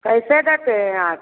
कैसे देते हैं आप